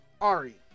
Ari